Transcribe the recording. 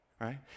right